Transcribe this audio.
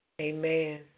Amen